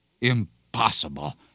Impossible